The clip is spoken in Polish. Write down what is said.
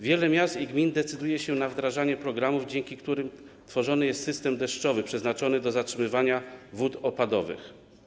Wiele miast i gmin decyduje się na wdrażanie programów, dzięki którym tworzony jest system deszczowy przeznaczony do zatrzymywania wód opadowych.